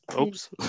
oops